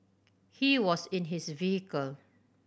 he was in his vehicle